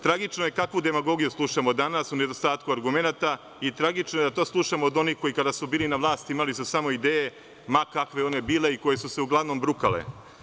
Tragično je kakvu demagogiju slušamo danas u nedostatku argumenata i tragično je da to slušamo od onih koji su, kada su bili na vlasti, imali samo ideje, ma kakve one bile, i koje su se uglavnom brukale.